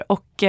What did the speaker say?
Och